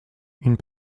une